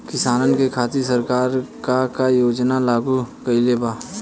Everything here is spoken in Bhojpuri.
किसानन के खातिर सरकार का का योजना लागू कईले बा?